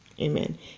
Amen